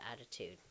attitude